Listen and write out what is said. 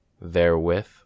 therewith